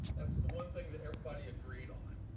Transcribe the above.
that's the one thing that everybody agreed on,